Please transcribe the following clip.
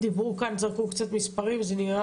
נראה